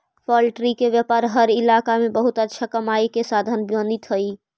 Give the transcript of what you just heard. poultry के व्यापार हर इलाका में बहुत अच्छा कमाई के साधन बनित हइ